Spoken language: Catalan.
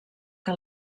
que